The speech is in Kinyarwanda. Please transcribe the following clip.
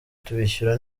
tubishyura